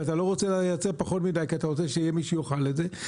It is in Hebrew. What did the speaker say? ואתה לא רוצה לייצג פחות מידי כי אתה רוצה שיהיה מי שיאכל את זה,